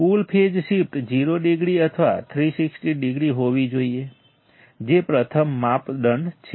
કુલ phase shift 0 degree અથવા 360 degree હોવી જોઈએ જે પ્રથમ માપદંડ છે